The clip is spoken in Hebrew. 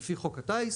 לפי חוק הטייס,